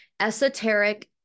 esoteric